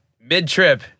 mid-trip